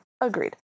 agreed